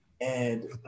and-